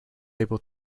able